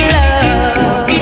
love